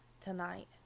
tonight